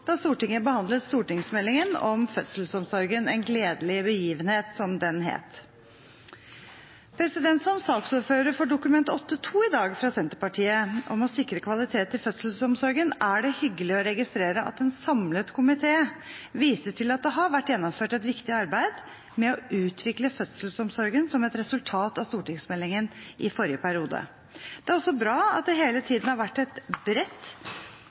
da Stortinget behandlet stortingsmeldingen om fødselsomsorgen, En gledelig begivenhet, som den het. Som saksordfører for Dokument 8:2 S fra Senterpartiet om å sikre kvalitet i fødselsomsorgen er det hyggelig å registrere at en samlet komité viser til at det har vært gjennomført et viktig arbeid med å utvikle fødselsomsorgen som et resultat av stortingsmeldingen i forrige periode. Det er også bra at det hele tiden har vært et bredt